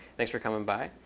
thanks for coming by.